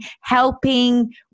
helping